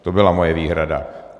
To byla moje výhrada.